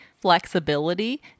flexibility